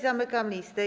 Zamykam listę.